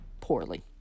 poorly